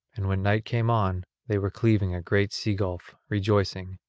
and when night came on they were cleaving a great sea-gulf, rejoicing,